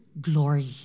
glory